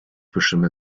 bestimme